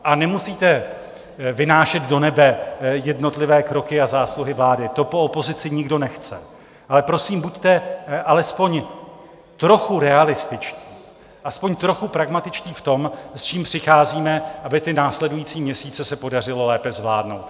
A nemusíte vynášet do nebe jednotlivé kroky a zásluhy vlády, to po opozici nikdo nechce, ale prosím, buďte alespoň trochu realističtí, aspoň trochu pragmatičtí v tom, s čím přicházíme, aby následující měsíce se podařilo lépe zvládnout.